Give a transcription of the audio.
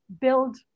build